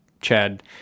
chad